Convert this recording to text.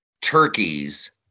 turkeys